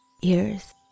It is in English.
ears